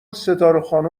خانوم